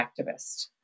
activist